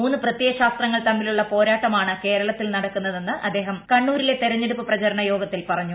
മൂന്നു പ്രത്യയ ശാസ്ത്രങ്ങൾ തമ്മിലുളള പോരാട്ടമാണ് കേരളത്തിൽ നടക്കുന്നതെന്ന് അദ്ദേഹം കണ്ണൂരിലെ തെരഞ്ഞെടുപ്പ് പ്രചരണ യോഗത്തിൽ പറഞ്ഞു